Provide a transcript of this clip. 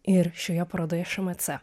ir šioje parodoje šmc